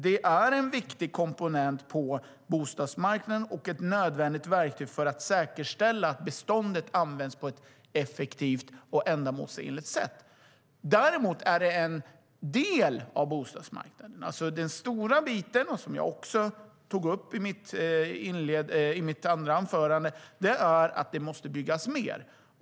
Det är en viktig komponent på bostadsmarknaden och ett nödvändigt verktyg för att säkerställa att beståndet används på ett effektivt och ändamålsenligt sätt. Det är dock en del av bostadsmarknaden. Den stora biten, vilket jag också tog upp i mitt tidigare inlägg, är att det måste byggas mer.